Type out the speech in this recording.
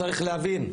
צריך להבין,